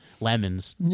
lemons